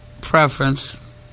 preference